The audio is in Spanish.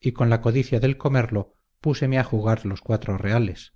y con la codicia del comerlo púseme a jugar los cuatro reales